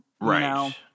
right